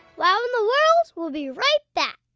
wow in the world will be right back.